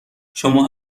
شما